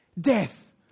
Death